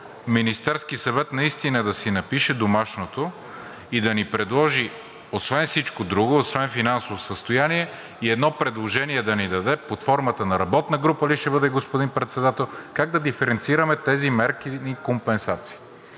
Министерският съвет наистина да си напише домашното и да ни предложи освен всичко друго, освен финансово състояние и едно предложение да ни даде, под формата на работна група ли ще бъде, господин Председател, как да диференцираме тези мерки и компенсации.